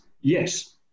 yes